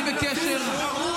הצפון הרוס.